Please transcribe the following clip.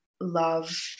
love